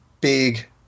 big